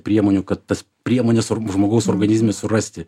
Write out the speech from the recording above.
priemonių kad tas priemones žmogaus organizme surasti